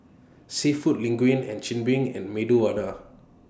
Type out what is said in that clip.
Seafood Linguine and Chigenabe and Medu Vada